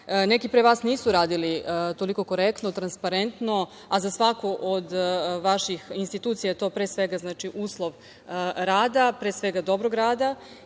neki pre vas nisu radili toliko korektno, transparentno, a za svaku od vaših institucija, to pre svega znači uslov rada, pre svega dobrog rada